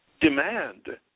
demand